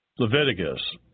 Leviticus